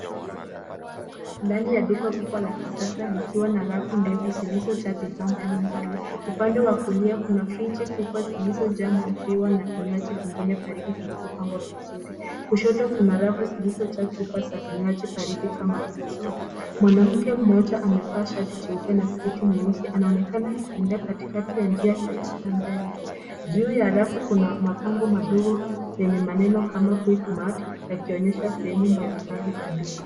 Ndani ya duka kubwa la kisasa likiwa na rafu ndefu zilizojaa bidhaa mbalimbali. Upande wa kulia kuna friji kubwa ziliojaa maziwa na vinywaji vingine baridi vilivyopangwa vizuri. Kushoto kuna rafu zilizojaa chupa za vinywaji baridi kama vile soda. Mwanamke mmoja amevaa shati jeupe na sketi nyeusi, anaonekana akitembea katikati ya njia akielekea mbele. Juu ya rafu kuna mabango madogo yenye maneno kama quickmart yakionyesha sehemu mbalimbali za duka.